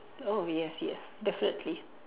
oh yes yes definitely